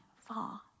far